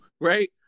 right